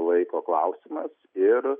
laiko klausimas ir